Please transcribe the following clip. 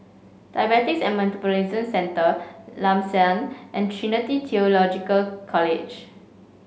Diabetes and Metabolism Centre Lam San and Trinity Theological College